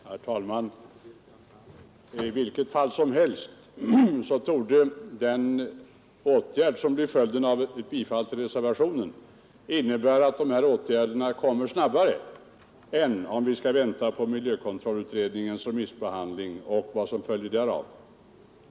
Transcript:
Herr talman! I vilket fall som helst torde följden av ett bifall till reservationen bli att åtgärderna kommer snabbare än om vi skall vänta på remissbehandlingen av miljökontrollutredningens förslag.